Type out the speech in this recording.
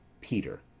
Peter